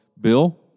Bill